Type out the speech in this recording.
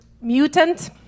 mutant